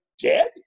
Dead